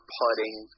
putting